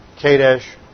Kadesh